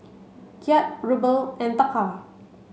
Kyat Ruble and Taka